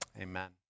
amen